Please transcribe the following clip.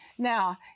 Now